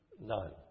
none